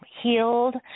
healed